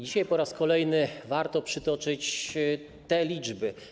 Dzisiaj po raz kolejny warto przytoczyć te liczby.